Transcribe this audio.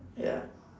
ya